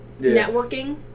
networking